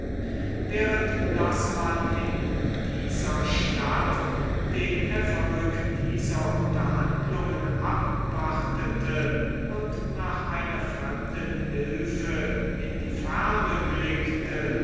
während daß man in dieser stadt den erfolg dieser unterhandlungen abwartete und nach einer fremden hilfe in die ferne blickte